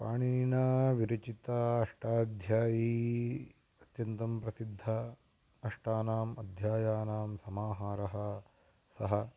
पाणिनिना विरचिता अष्टाध्यायी अत्यन्तं प्रसिद्धा अष्टानाम् अध्यायानां समाहारा सा